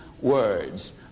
words